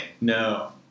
No